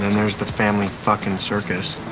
there's the family fuckin circus.